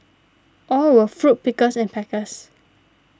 all were fruit pickers and packers